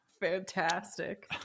fantastic